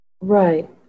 Right